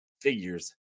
figures